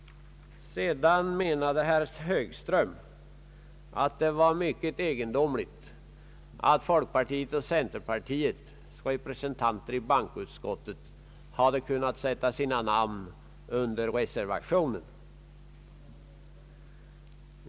Herr Högström ansåg det vara mycket egendomligt att folkpartiets och centerpartiets representanter i bankoutskottet hade kunnat sätta sina namn under reservationen.